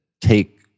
take